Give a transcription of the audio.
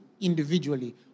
individually